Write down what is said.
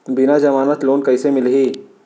बिना जमानत लोन कइसे मिलही?